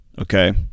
Okay